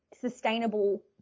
sustainable